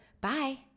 Bye